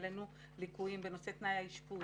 העלינו ליקויים בנושא תנאי האשפוז,